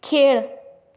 खेळ